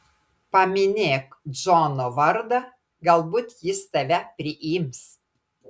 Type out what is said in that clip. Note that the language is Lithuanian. paminėk džono vardą galbūt jis tave priims